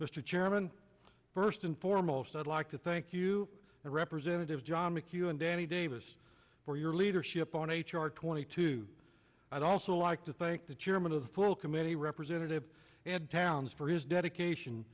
mr chairman first and foremost i'd like to thank you and representative john mchugh and danny davis for your leadership on h r twenty two i'd also like to thank the chairman of the full committee representative and towns for his dedication